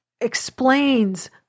explains